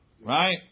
Right